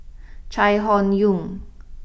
Chai Hon Yoong